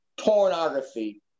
pornography